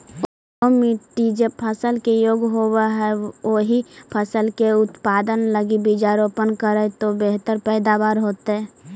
उपजाऊ मट्टी जे फसल के योग्य होवऽ हई, ओही फसल के उत्पादन लगी बीजारोपण करऽ तो बेहतर पैदावार होतइ